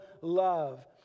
love